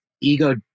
ego